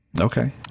Okay